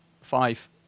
five